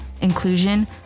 inclusion